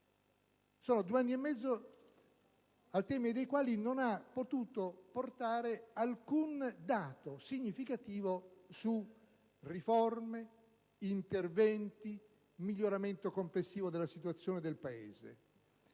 Governo; due anni e mezzo al termine dei quali non ha potuto portare alcun dato significativo di risultati su riforme, interventi, miglioramento complessivo della situazione del Paese.